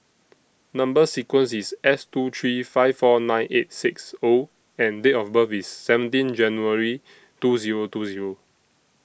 Number sequence IS S two three five four nine eight six O and Date of birth IS seventeen January two Zero two Zero